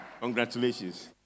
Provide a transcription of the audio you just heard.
Congratulations